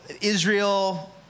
Israel